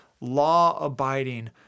law-abiding